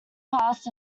passed